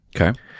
Okay